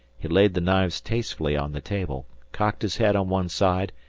he laid the knives tastefully on the table, cocked his head on one side,